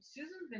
Susan